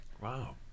Wow